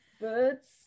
Birds